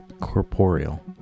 Corporeal